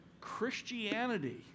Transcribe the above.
Christianity